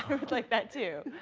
i would like that, too,